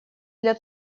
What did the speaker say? для